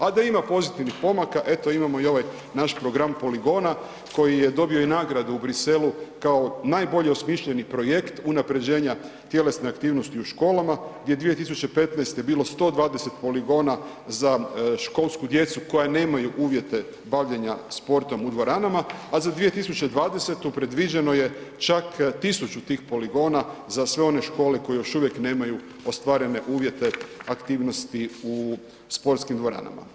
A da ima pozitivnih pomaka, eto imamo i ovaj naš program „Poligona“ koji je dobio i nagradu u Bruxellesu kao najbolje osmišljeni projekt unapređenja tjelesne aktivnosti u školama gdje je 2015.bilo 120 „Poligona“ za školsku djecu koja nemaju uvjete bavljenja sportom u dvoranama, a za 2020.predviđeno je čak tisuću tih „Poligona“ za sve one škole koje još uvijek nemaju ostvarene uvjete aktivnosti u sportskim dvoranama.